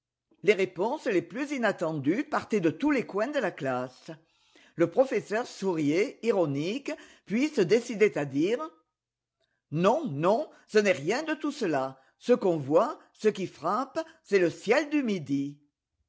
les réponses les plus inattendues partaient de tous les coins de la classe le professeur souriait ironique puis se décidait à dire non non ce n'est rien de tout cela ce qu'on voit ce qui frappe c'est le ciel du midi